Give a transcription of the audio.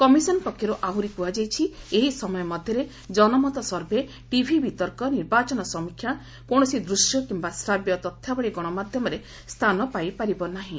commission ପକ୍ଷରୁ ଆହୁରି କୁହାଯାଇଛି ଏହି ସମୟ ମଧ୍ୟରେ ଜନମତ ସର୍ଭେ ଟିଭି ବିତର୍କ ନିର୍ବାଚନ ସମୀକ୍ଷା କୌଣସି ଦୂଶ୍ୟ କମ୍ୟା ଶ୍ରାବ୍ୟ ତଥ୍ୟାବଳୀ ଗଣମାଧ୍ୟମରେ ସ୍ଥାନ ପାଇପାରିବ ନାହିଁ